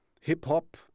hip-hop